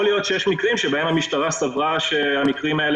יכול להיות שיש מקרים שבהם המשטרה סברה שהייתה מניעה